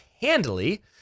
handily